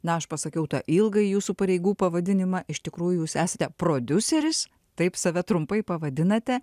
na aš pasakiau tą ilgąjį jūsų pareigų pavadinimą iš tikrųjų jūs esate prodiuseris taip save trumpai pavadinate